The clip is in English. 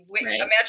imagine